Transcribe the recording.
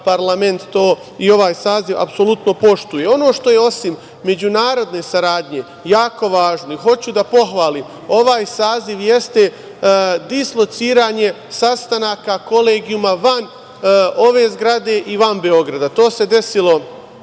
parlament to i ovaj saziv apsolutno poštuju. Ono što je osim međunarodne saradnje jako važno, i hoću da pohvalim, ovaj saziv jeste dislociranje sastanaka, kolegijuma van ove zgrade i van Beograda. To se desilo